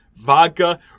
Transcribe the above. Vodka